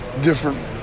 different